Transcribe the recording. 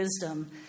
Wisdom